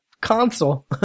console